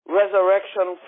resurrection